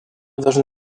должны